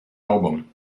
album